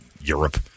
Europe